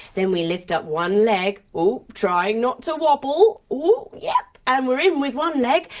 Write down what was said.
then we lift up one leg. oop. trying not to wobble. oop yep. and we're in with one leg.